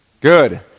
Good